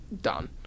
done